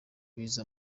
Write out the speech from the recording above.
bize